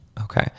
Okay